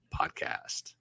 Podcast